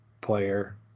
player